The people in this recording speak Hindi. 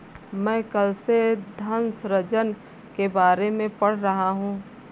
मैं कल से धन सृजन के बारे में पढ़ रहा हूँ